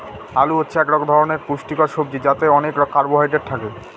আলু হচ্ছে এক ধরনের পুষ্টিকর সবজি যাতে অনেক কার্বহাইড্রেট থাকে